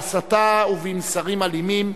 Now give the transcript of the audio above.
בהסתה ובמסרים אלימים,